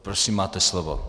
Prosím, máte slovo.